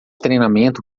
treinamento